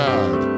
God